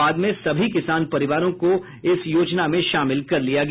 बाद में सभी किसान परिवारों को इसमें शामिल कर लिया गया